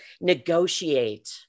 negotiate